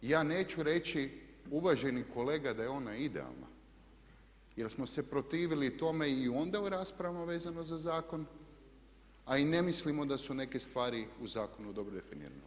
I ja neću reći uvaženi kolega da je ona idealna jer smo se protivili tome i onda u raspravama vezano za zakon a i ne mislimo da su neke stvari u zakonu dobro definirane.